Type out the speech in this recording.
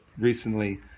recently